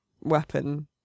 weapon